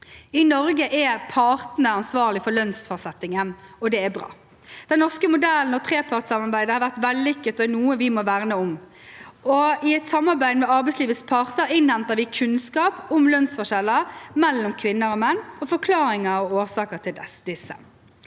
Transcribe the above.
I Norge er partene ansvarlig for lønnsfastsettingen, og det er bra. Den norske modellen og trepartssamarbeidet har vært vellykket og er noe vi må verne om. I et samarbeid med arbeidslivets parter innhenter vi kunnskap om lønnsforskjeller mellom kvinner og menn og forklaringer og årsaker til disse.